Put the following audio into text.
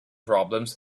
problems